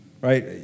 right